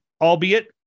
albeit